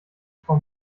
frau